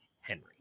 Henry